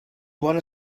bona